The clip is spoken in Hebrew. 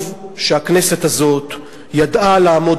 שטוב שהכנסת הזאת ידעה לעמוד,